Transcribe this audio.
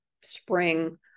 spring